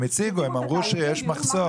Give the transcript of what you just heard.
הם הציגו, הם אמרו שיש מחסור.